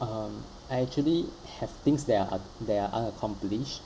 um I actually have things that are ut~ that are unaccomplished